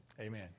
Amen